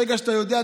ברגע שאתה יודע,